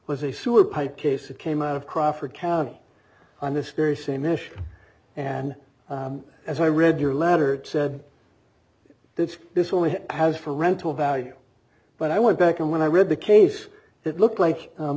was a sewer pipe case it came out of crawford county on this very same issue and as i read your letter said it's this only has for rental value but i went back and when i read the case it looked like